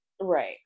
Right